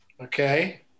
Okay